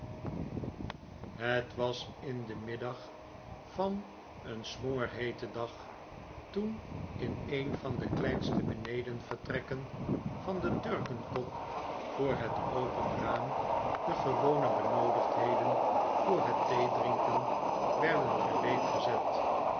het was in den middag van een smoorheeten dag toen in een van de kleinste benedenvertrekken van de turkenkop voor het open raam de gewone benoodigdheden voor het theedrinken werden gereed gezet